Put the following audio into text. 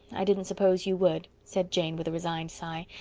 i didn't suppose you would, said jane with a resigned sigh,